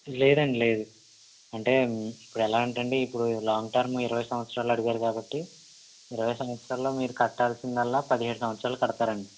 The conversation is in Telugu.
లేదండీ లేదు అంటే ఇప్పుడు ఎలా అంటే అండి ఇప్పుడు లాంగ్ టర్మ్ ఇరవై సంవత్సరాలు అడిగారు కాబట్టి ఇరవై సంవత్సరాల్లో మీరు కట్టాల్సిందల్లా పదిహేడు సంవత్సరాలు కడతారు అండి